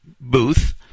booth